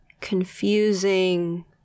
confusing